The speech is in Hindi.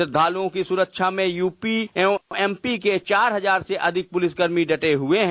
श्रद्वालुओं की सुरक्षा में यूपी और एमपी के चार हजार से अधिक पुलिस कर्मी डटे हुए हैं